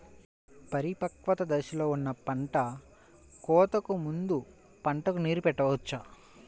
పరిపక్వత దశలో ఉన్న పంట కోతకు ముందు పంటకు నీరు పెట్టవచ్చా?